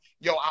Yo